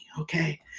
Okay